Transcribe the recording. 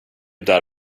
där